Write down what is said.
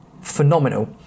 phenomenal